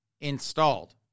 installed